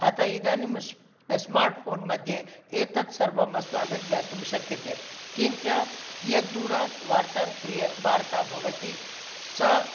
अतः इदानीं स्म् स्मार्ट् फ़ोन् मध्ये एतत् सर्वम् अस्माभिर्ज्ञातुं शक्यते किञ्च कियत् दूरात् वार्तां क्रिय् वार्ता भवति स